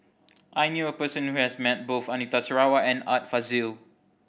I knew a person who has met both Anita Sarawak and Art Fazil